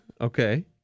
Okay